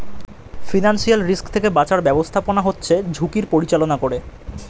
financial risk থেকে বাঁচার ব্যাবস্থাপনা হচ্ছে ঝুঁকির পরিচালনা করে